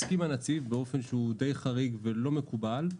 הסכימה הנציב באופן שהוא די חריג ולא מקובל,